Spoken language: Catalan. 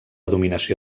dominació